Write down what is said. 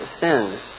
sins